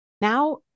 Now